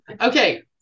Okay